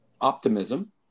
optimism